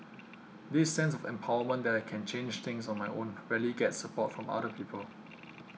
this sense of empowerment that I can change things on my own rarely gets support from other people